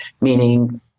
meaning